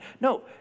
No